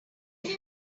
only